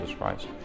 Christ